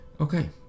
okay